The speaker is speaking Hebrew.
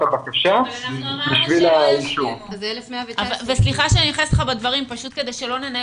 הבקשה --- אנחנו סיכמנו שאנחנו לא מחכים